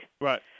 Right